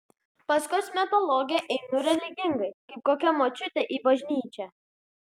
pas kosmetologę einu religingai kaip kokia močiutė į bažnyčią